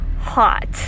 hot